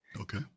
Okay